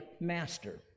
master